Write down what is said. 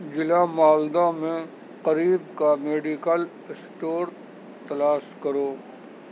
ضلع مالدہ میں قریب کا میڈیکل اسٹور تلاش کرو